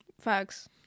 Facts